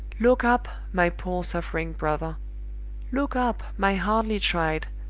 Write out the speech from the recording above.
look up, my poor suffering brother look up, my hardly tried,